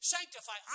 Sanctify